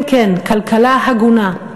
כן כן, כלכלה הגונה.